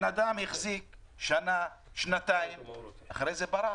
הבן-אדם החזיק שנה, שנתיים, אחרי זה ברח.